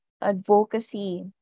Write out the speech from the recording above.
advocacy